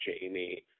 Jamie